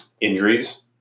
injuries